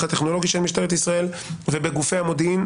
הטכנולוגי של משטרת ישראל ובגופי המודיעין,